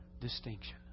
distinction